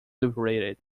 liberated